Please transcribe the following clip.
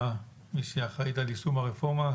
מי שאחראית על יישום הרפורמה,